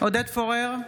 עודד פורר,